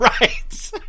right